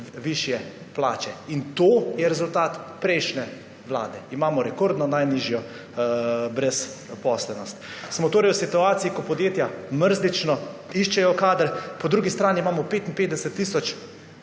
In to je rezultat prejšnje vlade. Imamo rekordno najnižjo brezposelnost. Smo torej v situaciji, ko podjetja mrzlično iščejo kader, po drugi strani imamo 55 tisoč